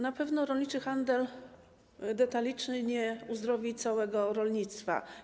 Na pewno rolniczy handel detaliczny nie uzdrowi całego rolnictwa.